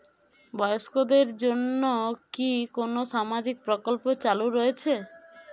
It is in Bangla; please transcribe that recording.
বয়স্কদের জন্য কি কোন সামাজিক প্রকল্প চালু রয়েছে?